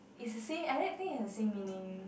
is the same I really think is the same meaning